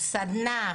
סדנה,